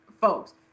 folks